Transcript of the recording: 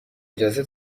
اجازه